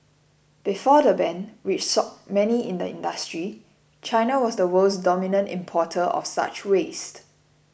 before the ban which many in the industry China was the world's dominant importer of such waste